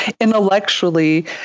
intellectually